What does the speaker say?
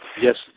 Yes